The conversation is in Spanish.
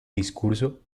discurso